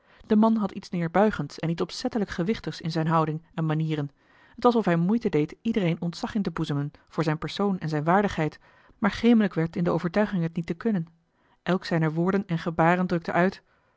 de man had iets neerbuigends en iets opzettelijk gewichtigs in zijne houding en manieren t was of hij moeite deed iedereen ontzag in te boezemen voor zijn persoon en zijne waardigheid maar gemelijk werd in de overtuiging het niet te kunnen elk zijner woorden en gebaren drukte uit